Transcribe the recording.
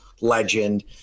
legend